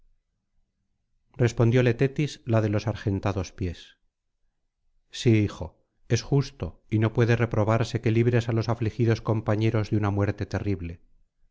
respondióle tetis la de los argentados pies sí hijo es justo y no puede reprobarse que libres á los afligidos compañeros de una muerte terrible